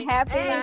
Happy